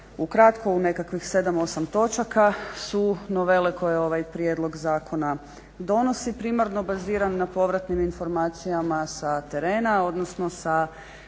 ukratko u nekakvim 7-8 točaka su novele koje ovaj prijedlog zakona donosi. Primarno baziran na povratnim informacijama sa terena, odnosno od